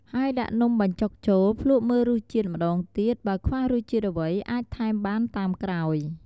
ហើយដាក់នំបញ្ចុកចូល ភ្លក់មើលរសជាតិម្ដងទៀត បើខ្វះរសជាតិអ្វីអាចថែមបានតាមក្រោយ។